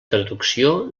traducció